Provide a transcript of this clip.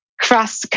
cross